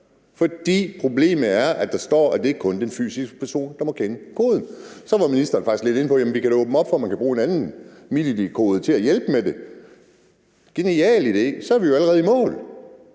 For problemet er, at der står, at det kun er den fysiske person, der må kende koden. Så var ministeren faktisk lidt inde på, at vi da kan åbne op for, at man kan bruge en anden MitID-kode til at hjælpe med det. Det er en genial idé; så er vi jo allerede i mål.